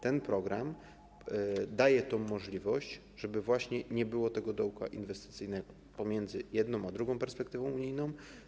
Ten program daje tę możliwość, żeby właśnie nie było tego dołka inwestycyjnego pomiędzy jedną a drugą perspektywą unijną.